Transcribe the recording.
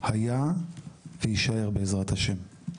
היה ויישאר בעזרת השם.